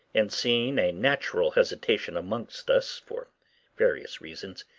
and seeing a natural hesitation amongst us for various reasons,